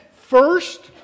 first